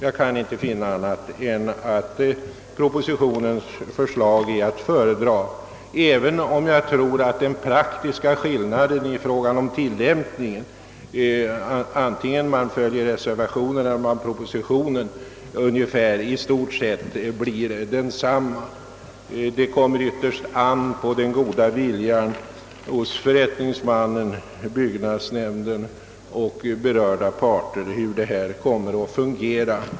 Jag kan inte finna annat än att propositionens förslag är att föredra, även om jag tror att slutresultatet i praktiken — vare sig man följer reservationen eller propositionen — i stort sett blir detsamma. Det kommer ytterst an på den goda viljan hos förrättningsmannen, byggnadsnämnden och berörda parter hur lagen i praktiken kommer att fungera.